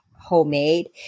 homemade